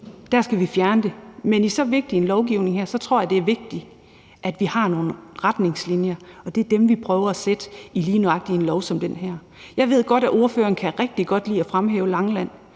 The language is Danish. Da skal vi fjerne det. Men i så vigtig en lovgivning her tror jeg det er vigtigt at vi har nogle retningslinjer, og det er dem, vi prøver at sætte lige nøjagtig i en lov som den her. Jeg ved godt, at ordføreren rigtig godt kan lide at fremhæve Langeland,